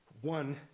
One